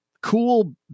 cool